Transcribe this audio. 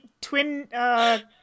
Twin